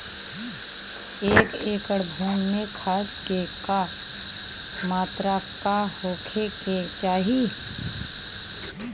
एक एकड़ भूमि में खाद के का मात्रा का होखे के चाही?